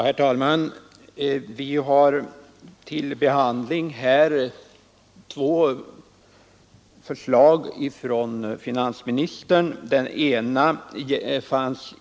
Herr talman! Vi har här till behandling två förslag från finansministern.